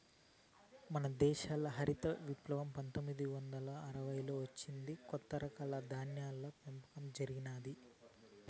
మన దేశంల హరిత విప్లవం పందొమ్మిది వందల అరవైలలో వచ్చి కొత్త రకాల ధాన్యాల పెంపకం జరిగినాది